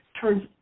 turns